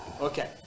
Okay